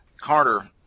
Carter